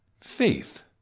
faith